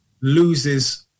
loses